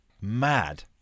mad